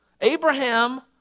Abraham